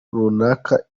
runaka